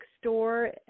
store